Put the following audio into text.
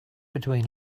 between